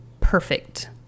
perfect